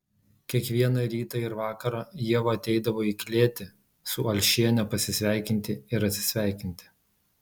kiekvieną rytą ir vakarą ieva ateidavo į klėtį su alšiene pasisveikinti ir atsisveikinti